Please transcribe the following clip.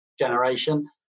generation